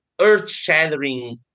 earth-shattering